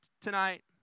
tonight